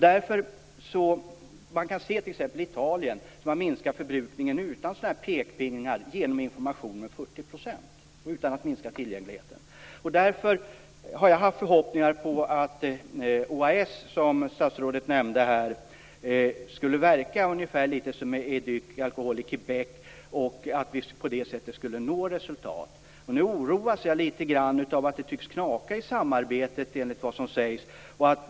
I Italien har man utan att minska tillgängligheten lyckats minska förbrukningen med 40 % utan pekpinnar men genom information. Därför har jag haft förhoppningar om att OAS, som statsrådet nämnde, skulle verka lite som Éduc'alcool i Quebec och att vi på så sätt skulle nå resultat. Nu oroas jag lite grann av att det tycks knaka i samarbetet enligt vad som sägs.